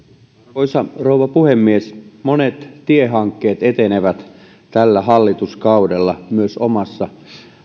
arvoisa rouva puhemies monet tiehankkeet etenevät tällä hallituskaudella myös omassa